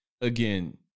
Again